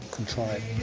contrived.